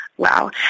Wow